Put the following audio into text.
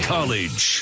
College